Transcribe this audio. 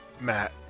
Matt